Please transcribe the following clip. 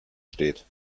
steht